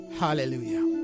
hallelujah